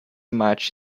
match